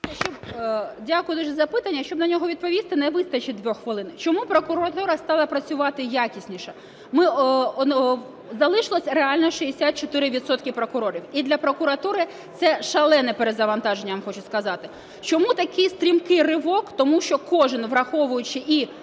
Дякую дуже за запитання. Щоб на нього відповісти, не вистачить 2 хвилин. Чому прокуратура стала працювати якісніше? Залишилося реально 64 відсотки прокурорів і для прокуратури це шалене перезавантаження, я вам хочу сказати. Чому такий стрімкий ривок? Тому що кожен, враховуючи і